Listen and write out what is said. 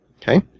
Okay